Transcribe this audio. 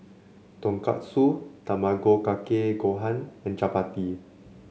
Tonkatsu Tamago Kake Gohan and Chapati